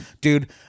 Dude